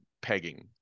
pegging